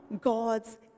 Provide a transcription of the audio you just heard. God's